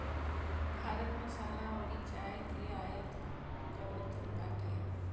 भारत मसाला अउरी चाय कअ आयत करत बाटे